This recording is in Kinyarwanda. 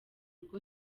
rwo